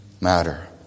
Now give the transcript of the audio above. matter